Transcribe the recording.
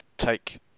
take